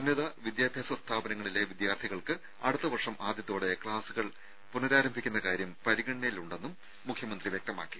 ഉന്നതവിദ്യാഭ്യാസ സ്ഥാപനങ്ങളിലെ വിദ്യാർത്ഥികൾക്ക് അടുത്ത വർഷം ആദ്യത്തോടെ ക്ലാസുകൾ പുനഃരാരംഭിക്കുന്ന കാര്യം പരിഗണയിലുണ്ടെന്നും മുഖ്യമന്ത്രി വ്യക്തമാക്കി